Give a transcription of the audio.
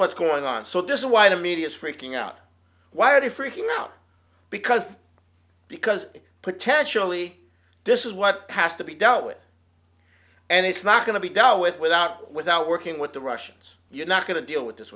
what's going on so this is why the media is freaking out why are they freaking out because because potentially this is what has to be dealt with and it's not going to be done with without without working with the russians you're not going to deal with this